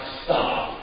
stop